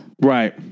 Right